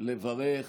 לברך